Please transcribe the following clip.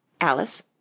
Alice